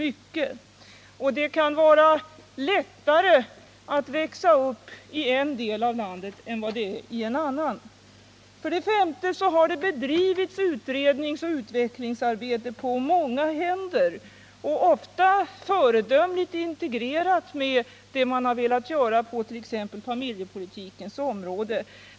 Det kan vara lättare att växa upp i en del av landet än det är i en annan. För det femte har det bedrivits utredningsoch utvecklingsarbete på många händer, ofta föredömligt integrerat med det man har velat göra på t.ex. familjepolitikens område.